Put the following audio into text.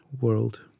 world